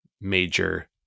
major